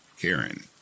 karen